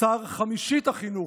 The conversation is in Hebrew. שר חמישית החינוך,